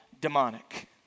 demonic